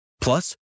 Plus